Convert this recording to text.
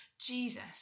Jesus